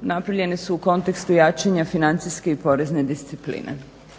napravljene su u kontekstu jačanja financijske porezne discipline.